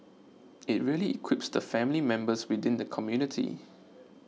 it really equips the family members within the community